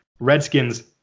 Redskins